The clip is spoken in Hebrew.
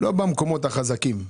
ולא במקומות החזקים,